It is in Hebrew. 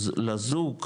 לזוג הם,